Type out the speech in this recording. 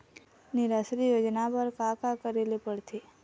निराश्री योजना बर का का करे ले पड़ते?